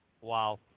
Wow